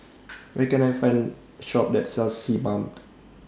Where Can I Find Shop that sells Sebamed